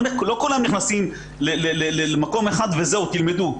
לא כולם נכנסים למקום אחד וזהו, תלמדו.